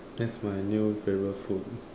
that's my new favorite food